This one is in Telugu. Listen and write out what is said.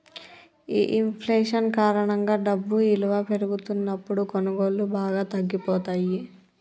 ఈ ఇంఫ్లేషన్ కారణంగా డబ్బు ఇలువ పెరుగుతున్నప్పుడు కొనుగోళ్ళు బాగా తగ్గిపోతయ్యి